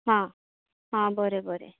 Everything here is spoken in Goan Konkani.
हां हां बरें बरें